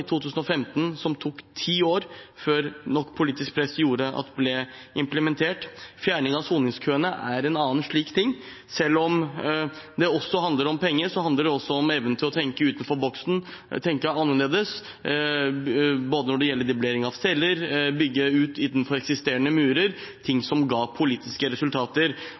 i 2015. Fjerning av soningskøene er en annen ting. Selv om det handler om penger, handler det også om evnen til å tenke utenfor boksen, tenke annerledes når det gjelder både dublering av celler og å bygge ut innenfor eksisterende murer – noe som ga politiske resultater.